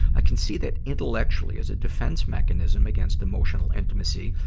i can see that intellectually as a defense mechanism against emotional intimacy.